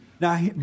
Now